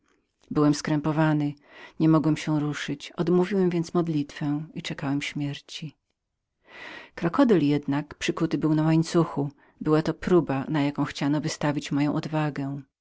byłem skrępowany nie mogłem się ruszyć odmówiłem więc modlitwę i czekałem śmierci krokodyl jednak był przykuty na łańcuchu była to próba na jaką chciano wystawić moją odwagę